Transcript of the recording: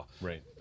Right